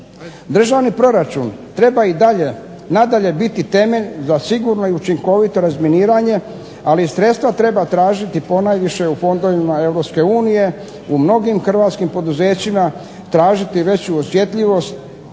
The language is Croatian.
Državni proračun treba i nadalje biti temelj za sigurno i učinkovito razminiranje, ali sredstva treba tražiti ponajviše u fondovima Europske unije, u mnogim hrvatskim poduzećima tražiti veću osjetljivost